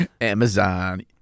amazon